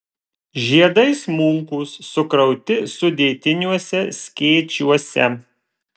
žiedai smulkūs sukrauti sudėtiniuose skėčiuose